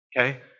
Okay